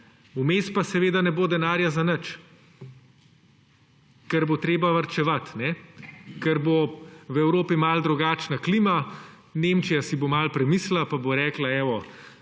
Vmes pa ne bo denarja za nič, ker bo treba varčevati. Ker bo v Evropi malo drugačna klima, Nemčija si bo malo premislila pa bo rekla, da